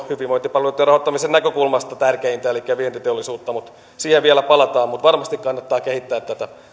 hyvinvointipalveluitten rahoittamisen näkökulmasta tärkeintä elikkä vientiteollisuutta mutta siihen vielä palataan mutta varmasti kannattaa kehittää